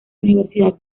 universidad